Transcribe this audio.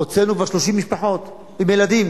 הוצאנו כבר 30 משפחות עם ילדים.